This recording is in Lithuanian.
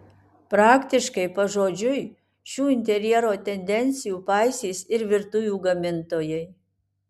praktiškai pažodžiui šių interjero tendencijų paisys ir virtuvių gamintojai